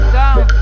down